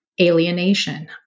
alienation